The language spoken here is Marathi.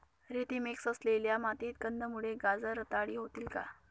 रेती मिक्स असलेल्या मातीत कंदमुळे, गाजर रताळी होतील का?